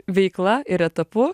veikla ir etapu